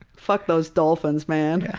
fuck those dolphins, man. yeah